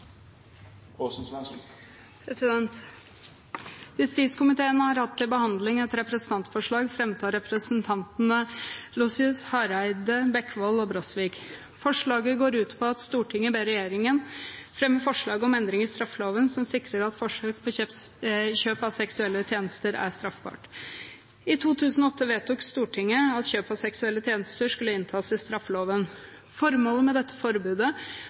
vedteke. Justiskomiteen har hatt til behandling et representantforslag fremmet av representantene Jorunn Gleditsch Lossius, Knut Arild Hareide, Geir Jørgen Bekkevold og Trude Brosvik. Forslaget går ut på at Stortinget ber regjeringen fremme forslag om endring i straffeloven som sikrer at forsøk på kjøp av seksuelle tjenester er straffbart. I 2008 vedtok Stortinget at kjøp av seksuelle tjenester skulle inntas i straffeloven. Formålet med forbudet